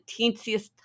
teensiest